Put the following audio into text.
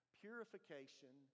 purification